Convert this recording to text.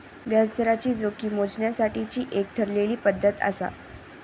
व्याजदराची जोखीम मोजण्यासाठीची एक ठरलेली पद्धत आसा